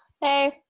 Hey